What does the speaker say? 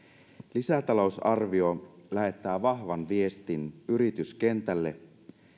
lisätalousarvio lähettää vahvan viestin yrityskentälle